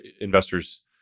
investors